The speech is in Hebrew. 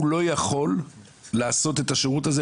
הוא לא יכול לעשות את השירות הזה,